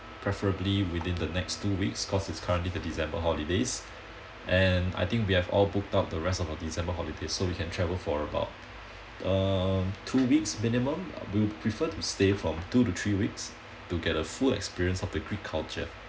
preferably within the next two weeks cause it's currently the december holidays and I think we have all booked out the rest of our december holiday so we can travel for about uh two weeks minimum we'll prefer to stay from two to three weeks to get a full experience of the greek culture